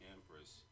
Empress